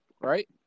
Right